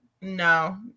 no